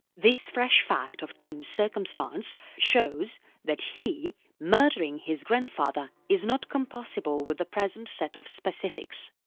this fresh fact of tim's circumstance shows that he murdering his grandfather is not compossible with the present set of specifics.